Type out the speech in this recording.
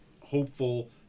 hopeful